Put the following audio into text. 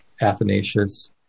Athanasius